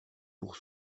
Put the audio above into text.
pour